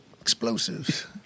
explosives